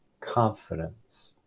confidence